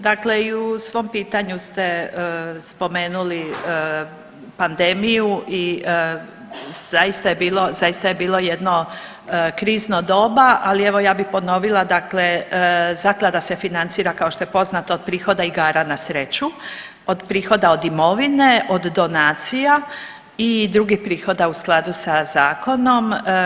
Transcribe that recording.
Dakle i u svom pitanju ste spomenuli pandemiju i zaista je bilo, zaista je bilo jedno krizno doba, ali evo ja bi ponovila dakle zaklada se financira kao što je poznato od prihoda igara na sreću, od prihoda od imovine, od donacija i drugih prihoda u skladu sa zakonom.